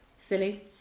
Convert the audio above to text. silly